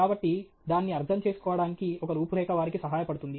కాబట్టి దాన్ని అర్థం చేసుకోవడానికి ఒక రూపురేఖ వారికి సహాయపడుతుంది